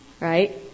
Right